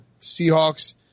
Seahawks